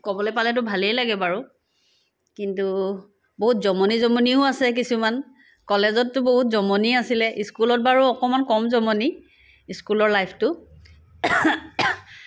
ক'বলৈ পালেতো ভালেই লাগে বাৰু কিন্তু বহুত জমনি জমনিও আছে কিছুমান কলেজততো বহুত জমনিয়ে আছিলে স্কুলত বাৰু অকণমান কম জমনি স্কুলৰ লাইফটো